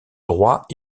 droit